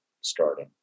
starting